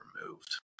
removed